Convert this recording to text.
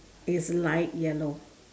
is light yellow